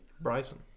Bryson